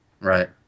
Right